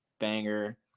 Banger